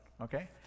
Okay